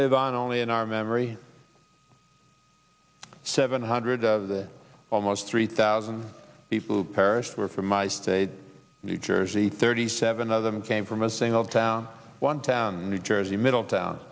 live on only in our memory seven hundred of the almost three thousand people who perished were from my state new jersey thirty seven of them came from a single town one town new jersey middletown